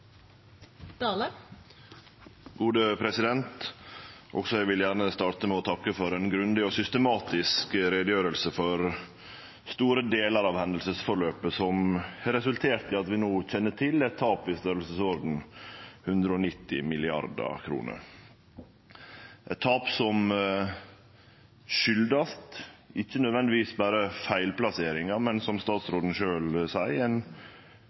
Også eg vil gjerne starte med å takke for ei grundig og systematisk utgreiing for store delar av hendingsforløpet som resulterte i at vi no kjenner til eit tap i storleiken 190 mrd. kr – eit tap som ikkje nødvendigvis berre kjem av feilplasseringar, men, som statsråden sjølv seier, av ein